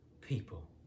people